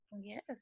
yes